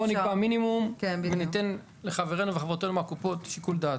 בואי נקבע מינימום וניתן לחברינו ולחברותינו מהקופות שיקול דעת.